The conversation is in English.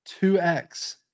2x